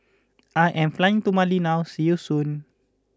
I am flying to Mali now see you soon